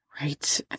Right